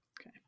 Okay